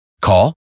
Call